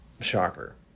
Shocker